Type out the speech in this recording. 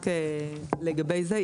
רק לגבי זה,